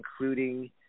including